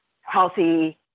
healthy